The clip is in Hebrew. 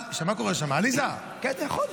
נאור,